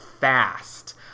fast